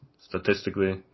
statistically